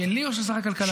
שלי או של שר הכלכלה?